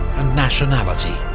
and nationality'